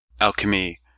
Alchemy